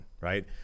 right